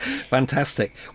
fantastic